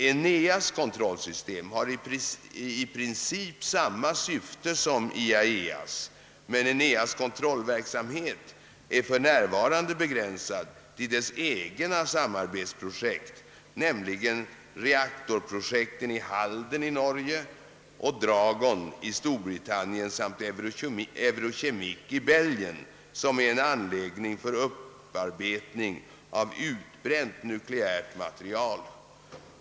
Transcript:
ENEA:s kontrollsystem har i princip samma syfte som IAEA:s, men ENEA:s kontrollverksamhet är för närvarande begränsad till dess egna samarbetsprojekt, nämligen reaktorprojekten Halden i Norge och Dragon i Storbritannien samt Eurochemic i Belgien, som är en anläggning för upparbetning av utbränt nukleärt material.